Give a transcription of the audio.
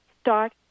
start